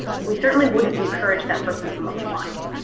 we certainly wouldn't encourage that person from applying.